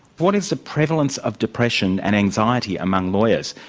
what is the prevalence of depression and anxiety among lawyers,